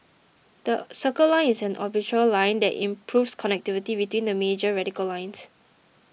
the Circle Line is an orbital line that improves connectivity between the major radial lines